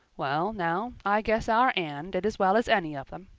well now, i guess our anne did as well as any of them,